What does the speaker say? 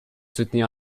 soutenir